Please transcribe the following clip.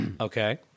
Okay